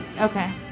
Okay